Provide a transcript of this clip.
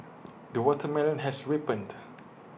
the watermelon has ripened